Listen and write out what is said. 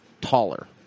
taller